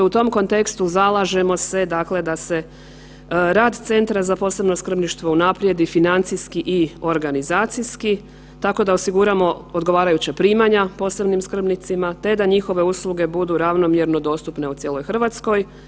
U tom kontekstu zalažemo se, dakle da se rad Centra za posebno skrbništvo unaprijedi financijski i organizacijski tako da osiguramo odgovarajuća primanja posebnim skrbnicima, te da njihove usluge budu ravnomjerno dostupne u cijeloj RH.